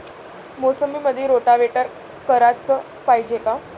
मोसंबीमंदी रोटावेटर कराच पायजे का?